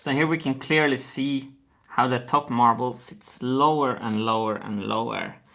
and here we can clearly see how the top marble sits lower and lower and lower.